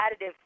additive